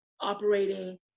operating